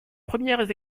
premières